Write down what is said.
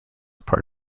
part